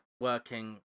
working